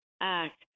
act